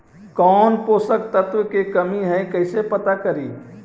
कौन पोषक तत्ब के कमी है कैसे पता करि?